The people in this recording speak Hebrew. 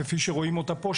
כפי שרואים אותה פה,